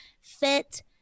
fit